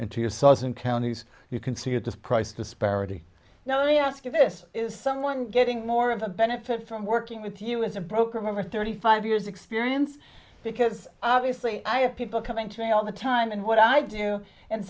into your saws and counties you can see at this price disparity you know i ask you this is someone getting more of a benefit from working with you as a broker member thirty five years experience because obviously i have people coming today all the time and what i do and